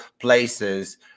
places